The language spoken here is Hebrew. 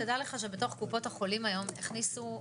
תדע לך שבתוך קופות החולים היום הכניסו,